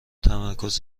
تمرکز